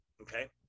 okay